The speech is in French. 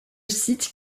site